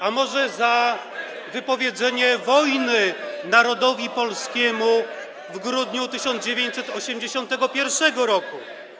A może za wypowiedzenie wojny narodowi polskiemu w grudniu 1981 r.